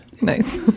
Nice